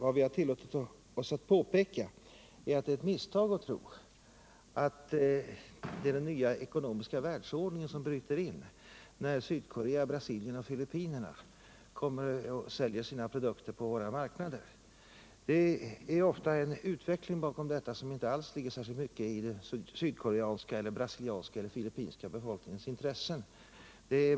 Vad vi har tillåtit oss att påpeka är att det är ett misstag att tro att det är den nya ekonomiska världsordningen som bryter in, när Sydkorea, Brasilien och Filippinerna säljer sina produkter på våra marknader. Ofta ligger det en utveckling bakom som inte särskilt mycket överensstämmer med den sydkoreanska, brasilianska eller filippinska befolkningens intressen.